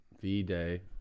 V-Day